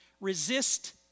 resist